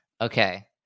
Okay